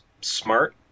smart